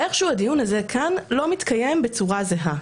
איכשהו הדיון הזה כאן לא מתקיים בצורה זהה,